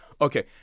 Okay